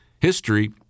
history